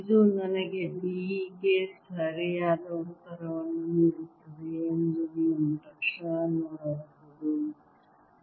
ಇದು ನನಗೆ B ಗೆ ಸರಿಯಾದ ಉತ್ತರವನ್ನು ನೀಡುತ್ತದೆ ಎಂದು ನೀವು ತಕ್ಷಣ ನೋಡಬಹುದು